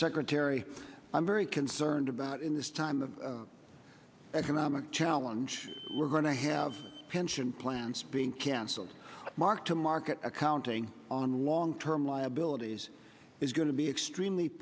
secretary i'm very concerned about in this time of economic challenge we're going to have pension plans being cancelled mark to market accounting on long term liabilities is going to be extremely